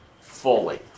fully